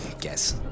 Guess